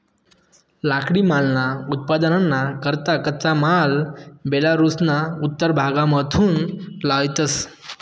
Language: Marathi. लाकडीमालना उत्पादनना करता कच्चा माल बेलारुसना उत्तर भागमाथून लयतंस